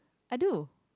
I do